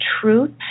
truth